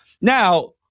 Now